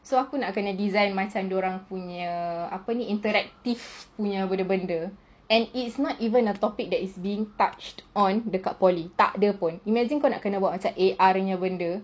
so aku nak kena design macam dorang punya apa ni interactive punya benda and it's not even a topic that is being touched on dekat poly tak ada [pun] imagine kau kena buat A_R punya benda